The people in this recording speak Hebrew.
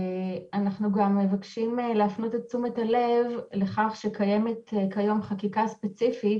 אנחנו גם מבקשים להפנות את תשומת הלב לכך שקיימת כיום חקיקה ספציפית